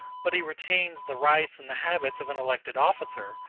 but he retains the rights and the habits of an elected officer,